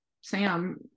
Sam